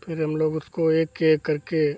फिर हम लोग उसको एक एक करके